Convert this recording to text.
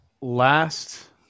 Last